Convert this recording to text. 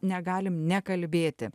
negalim nekalbėti